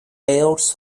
layouts